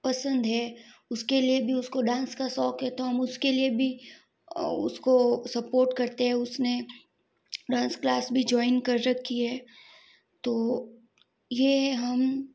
पसंद है उसके लिए भी उसको डांस का शौक है तो हम उसके लिए भी उसको स्पॉट करते है उसने डांस क्लास भी जॉइन कर रखी है तो ये हम